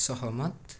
सहमत